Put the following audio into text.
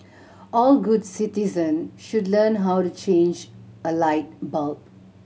all good citizens should learn how to change a light bulb